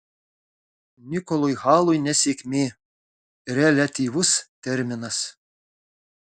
nikolui halui nesėkmė reliatyvus terminas